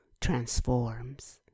transforms